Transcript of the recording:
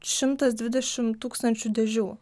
šimtas dvidešim tūkstančių dėžių